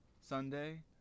Sunday